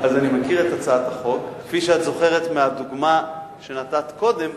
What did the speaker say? כפי שאת זוכרת מהדוגמה שנתת קודם,